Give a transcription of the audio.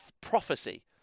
prophecy